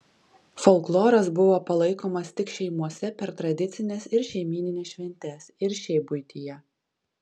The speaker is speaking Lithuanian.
folkloras buvo palaikomas tik šeimose per tradicines ir šeimynines šventes ir šiaip buityje